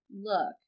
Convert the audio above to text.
look